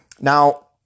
Now